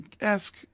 ask